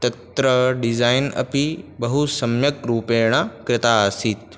तत्र डिज़ैन् अपि बहुसम्यक् रूपेण कृता आसीत्